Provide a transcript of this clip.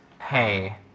Hey